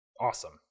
Awesome